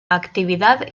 actividad